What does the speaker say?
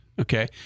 okay